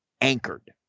anchored